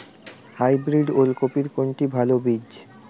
Hybrid ওল কপির কোনটি ভালো বীজ?